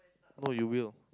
no you will